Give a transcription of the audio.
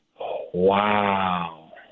Wow